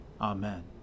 Amen